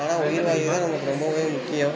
ஆனால் உயிர்வாயு தான் நமக்கு ரொம்பவே முக்கியம்